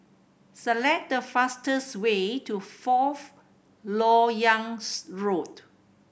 select the fastest way to Fourth Lok Yang's Road